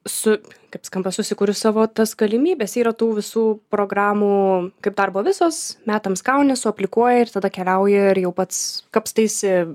su kaip skamba susikuriu savo tas galimybes yra tų visų programų kaip darbo vizos metams gauni suaplikuoji ir tada keliauji ir jau pats kapstaisi